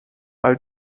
all